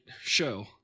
show